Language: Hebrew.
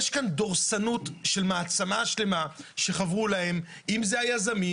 יש כאן דורסנות של מעצמה שלמה שחברו להם אם זה היזמים,